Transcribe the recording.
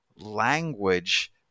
language